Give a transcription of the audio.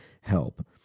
help